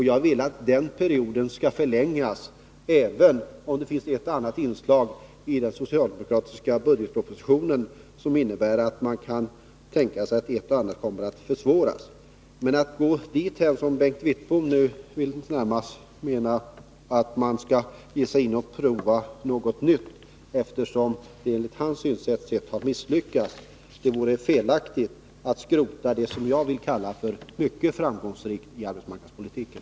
Jag vill att den perioden skall förlängas, även om det finns inslag i den socialdemokratiska budgetpropositionen som inger oro när det gäller att ge ungdomen en chans. Det kan inte vara riktigt att, som Bengt Wittbom väl närmast menar, ge sig in på att prova något nytt, därför att man enligt hans synsätt har misslyckats. Det vore tvärtom felaktigt att skrota det som jag vill kalla för mycket framgångsrikt för ungdomen inom arbetsmarknadspolitiken.